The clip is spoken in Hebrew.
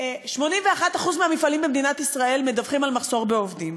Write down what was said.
81% מהמפעלים במדינת ישראל מדווחים על מחסור בעובדים.